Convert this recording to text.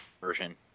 version